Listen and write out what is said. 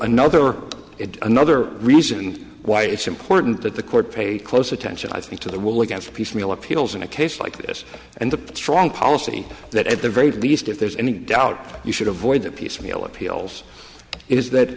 another and another reason why it's important that the court pay close attention i think to the will against piecemeal appeals in a case like this and the strong policy that at the very least if there's any doubt you should avoid the piecemeal appeals is that